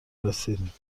رسید